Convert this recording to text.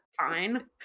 fine